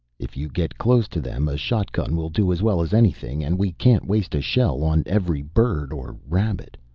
if you get close to them a shotgun will do as well as anything, and we can't waste a shell on every bird or rabbit.